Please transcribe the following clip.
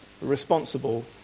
responsible